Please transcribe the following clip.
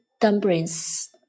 dumplings